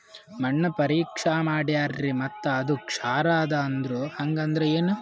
ಮಣ್ಣ ಪರೀಕ್ಷಾ ಮಾಡ್ಯಾರ್ರಿ ಮತ್ತ ಅದು ಕ್ಷಾರ ಅದ ಅಂದ್ರು, ಹಂಗದ್ರ ಏನು?